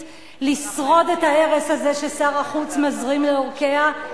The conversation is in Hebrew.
לשרוד את ההרס הזה ששר החוץ מזרים לעורקיה.